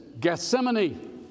Gethsemane